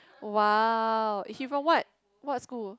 !wah! he from what what school